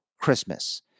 Christmas